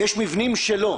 ויש מבנים שלא.